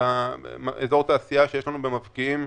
באזור התעשייה שיש לנו במבקיעים,